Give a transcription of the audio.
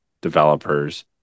developers